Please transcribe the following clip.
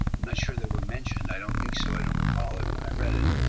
i'm not sure that we're mentioned. i don't think so, i don't recall it when i read it.